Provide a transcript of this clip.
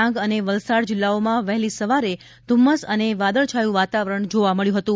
ડાંગ અને વલસાડ જિલ્લાઓમાં વહેલી સવારે ઘુમ્મસ અને વાદળછાયું વાતાવરણ જોવા મળ્યું હતું